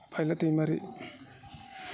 फायला दैमारि